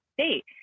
state